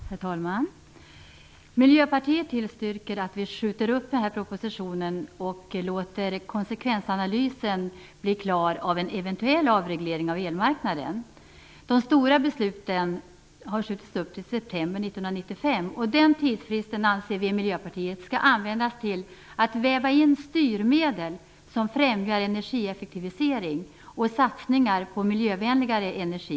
Herr talman! Miljöpartiet tillstyrker att vi skjuter upp den här propositionen och låter konsekvensanalysen av en eventuell avreglering av elmarknaden bli klar. De stora besluten har skjutits upp till september 1995. Vi i Miljöpartiet anser att den tidsfristen skall användas till att väva in styrmedel som främjar energieffektivisering och satsningar på miljövänligare energi.